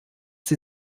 sie